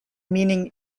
meaning